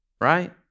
right